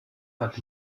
hat